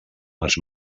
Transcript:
les